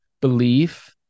belief